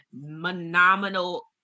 phenomenal